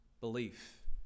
belief